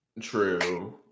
true